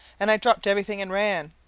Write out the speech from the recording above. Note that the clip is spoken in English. and i dropped everything and ran!